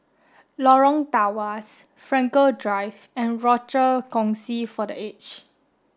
Lorong Tawas Frankel Drive and Rochor Kongsi for the Aged